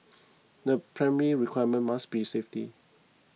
the primary requirement must be safety